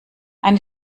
eine